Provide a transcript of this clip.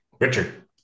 Richard